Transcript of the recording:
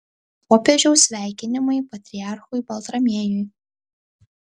popiežiaus sveikinimai patriarchui baltramiejui